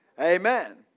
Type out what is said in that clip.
Amen